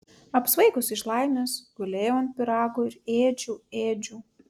apsvaigusi iš laimės gulėjau ant pyrago ir ėdžiau ėdžiau